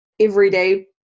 everyday